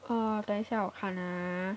orh 等一下我看啊